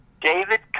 David